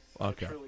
Okay